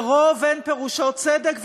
ורוב אין פירושו צדק.